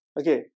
Okay